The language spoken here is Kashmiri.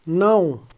نَو